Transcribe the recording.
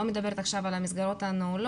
אני לא מדברת עכשיו על המסגרות הנעולות,